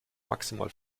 maximal